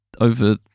over